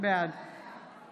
בעד